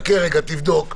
תבדוק,